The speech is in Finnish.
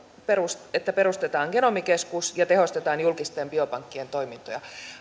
että perustetaan genomikeskus ja tehostetaan julkisten biopankkien toimintoja